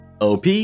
OP